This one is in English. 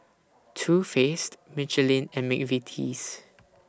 Too Faced Michelin and Mcvitie's